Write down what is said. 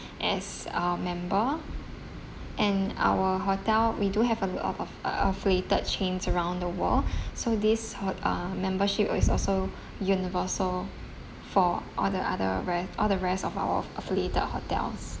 as our member and our hotel we do have a lot of a~ affiliated chains around the world so this hot~ uh membership is also universal for all the other re~ all the rest of our f~ affiliated hotels